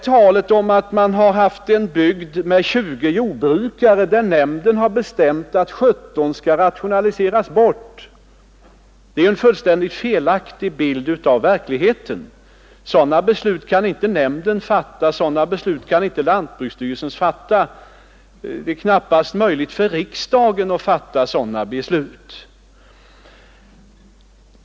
Talet om att lantbruksnämnden i en bygd med 20 jordbrukare har bestämt att 17 skall rationaliseras bort ger en fullständigt felaktig bild av verkligheten. Sådana beslut kan inte lantbruksnämnden eller lantbruksstyrelsen fatta; det är knappast möjligt för riksdagen att fatta sådana beslut.